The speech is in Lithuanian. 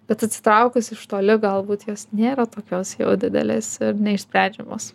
bet atsitraukus iš toli galbūt jos nėra tokios jau didelės ir neišsprendžiamos